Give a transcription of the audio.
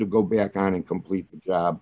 to go back on and complete job